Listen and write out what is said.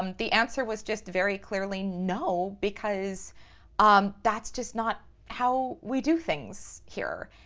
um the answer was just very clearly no because um that's just not how we do things here.